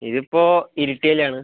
ഇതിപ്പോൾ ഇരിട്ടിയിലാണ്